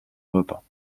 repas